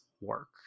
work